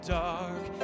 dark